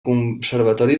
conservatori